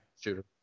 Shooter